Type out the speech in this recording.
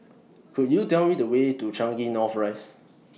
Could YOU Tell Me The Way to Changing North Rise